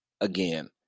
again